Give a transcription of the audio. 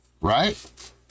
Right